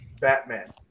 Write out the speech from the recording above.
Batman